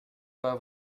pas